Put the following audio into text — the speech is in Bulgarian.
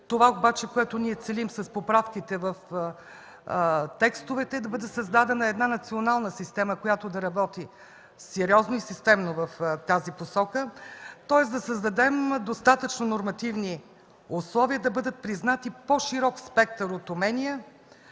Това обаче, което целим с поправките в текстовете, е да бъде създадена национална система, която да работи сериозно и системно в тази посока, тоест да създадем достатъчно нормативни условия да бъдат признати по-широк спектър от умения,